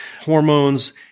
hormones